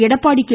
Edappadi K